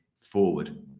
forward